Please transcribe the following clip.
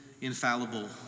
infallible